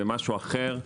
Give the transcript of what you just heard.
זה משהו אחר.